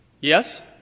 Yes